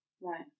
Right